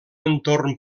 entorn